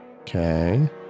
Okay